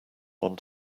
want